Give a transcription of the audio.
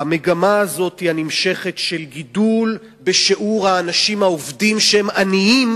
המגמה הנמשכת הזאת של גידול בשיעור האנשים העובדים שהם עניים,